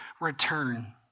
return